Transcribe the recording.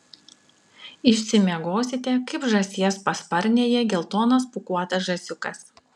išsimiegosite kaip žąsies pasparnėje geltonas pūkuotas žąsiukas